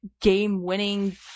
game-winning